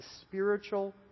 spiritual